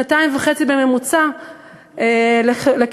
שנתיים וחצי בממוצע לכהונה.